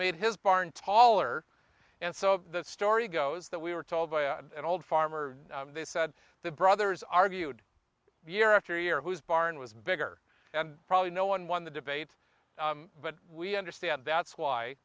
made his barn taller and so the story goes that we were told by a and old farmer they said the brothers argued year after year whose barn was bigger and probably no one won the debate but we understand that's why